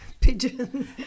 pigeon